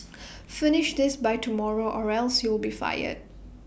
finish this by tomorrow or else you'll be fired